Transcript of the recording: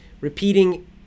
Repeating